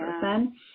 person